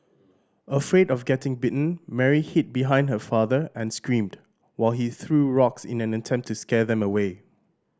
afraid of getting bitten Mary hid behind her father and screamed while he threw rocks in an attempt to scare them away